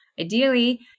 Ideally